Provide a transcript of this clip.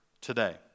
today